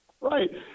Right